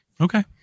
Okay